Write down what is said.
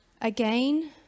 Again